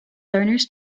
learners